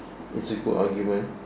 it's a good argument